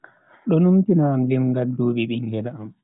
Do numtina am limngal dubi bingel am.